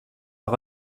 par